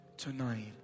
tonight